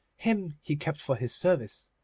him he kept for his service,